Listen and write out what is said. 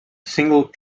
single